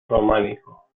románico